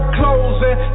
closing